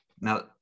Now